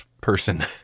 person